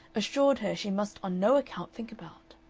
assured her she must on no account think about.